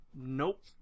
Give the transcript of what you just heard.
Nope